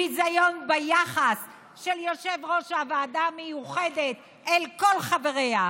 ביזיון ביחס של יושב-ראש הוועדה המיוחדת אל כל חבריה.